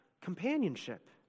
companionship